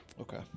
Okay